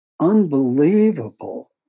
unbelievable